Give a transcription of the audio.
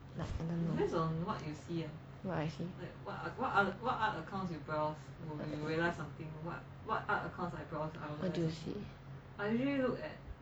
like I dont't know what I see I don't see